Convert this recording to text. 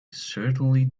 certainly